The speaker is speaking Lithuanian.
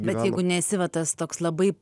bet jeigu nesi va tas toks labai